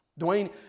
Dwayne